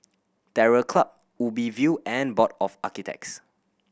Terror Club Ubi View and Board of Architects